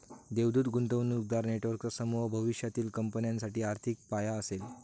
देवदूत गुंतवणूकदार नेटवर्कचा समूह भविष्यातील कंपन्यांसाठी आर्थिक पाया असेल